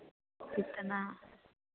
कितना